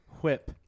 whip